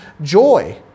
joy